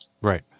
Right